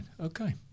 Okay